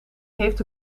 heeft